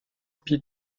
pete